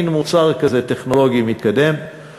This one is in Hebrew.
מין מוצר כזה טכנולוגי מתקדם,